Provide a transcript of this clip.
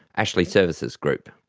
ashley services group.